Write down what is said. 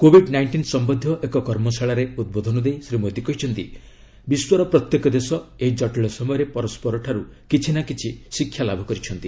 Covid nineteen ସମ୍ବନ୍ଧୀୟ ଏକ କର୍ମଶାଳାରେ ଉଦ୍ବୋଧନ ଦେଇ ଶ୍ରୀ ମୋଦୀ କହିଛନ୍ତି ବିଶ୍ୱର ପ୍ରତ୍ୟେକ ଦେଶ ଏହି କଟିଳ ସମୟରେ ପରସରଠାରୁ କିଛି ନା କିଛି ଶିକ୍ଷା ଲାଭ କରିଛନ୍ତି